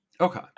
Okay